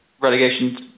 relegation